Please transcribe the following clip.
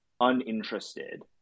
uninterested